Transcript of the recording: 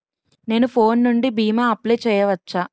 నేను ఫోన్ నుండి భీమా అప్లయ్ చేయవచ్చా?